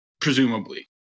presumably